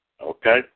Okay